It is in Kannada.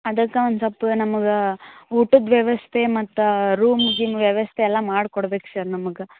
ಅದಕ್ಕೆ ಒಂದು ಸ್ವಲ್ಪ ನಮಗೆ ಊಟದ ವ್ಯವಸ್ಥೆ ಮತ್ತು ರೂಮು ಗೀಮು ವ್ಯವಸ್ಥೆ ಎಲ್ಲ ಮಾಡ್ಕೊಡ್ಬೇಕು ಸರ್ ನಮಗೆ